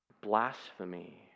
Blasphemy